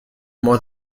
more